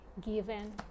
given